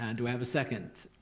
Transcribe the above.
and do i have a second?